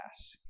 ask